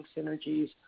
synergies